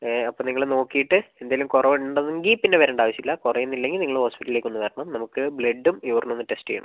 ഏ അപ്പം നിങ്ങൾ നോക്കിയിട്ട് എന്തെങ്കിലും കുറവുണ്ടെങ്കിൽ പിന്നെ വരേണ്ട ആവശ്യമില്ല കുറയുന്നില്ലെങ്കിൽ നിങ്ങൾ ഹോസ്പിറ്റലിലേക്കൊന്ന് വരണം നമുക്ക് ബ്ലഡും യൂറിനും ഒന്ന് ടെസ്റ്റ് ചെയ്യണം